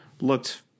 Looked